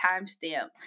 timestamp